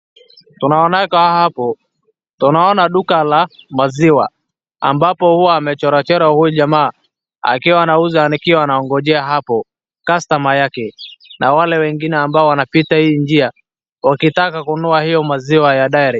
Tunaoneko hapo, tunaoana duka la maziwa ambapo huwa amechorachorwa huyo jamaa akiwa nauza nikiwa na ngonjea hapo cutomer yake na wale wengine wanapita hii nji wakitaka kunua hii maziwa ya dairy .